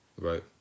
right